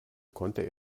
konnte